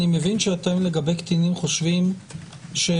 אני מבין שאתם לגבי קטינים חושבים שיש